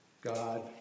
God